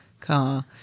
car